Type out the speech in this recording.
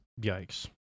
yikes